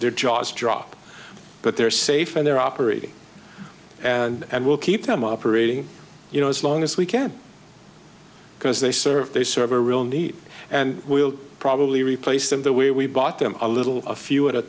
their jaws drop but they're safe and they're operating and we'll keep them operating you know as long as we can because they serve they serve a real need and will probably replace them the way we bought them a little a few at a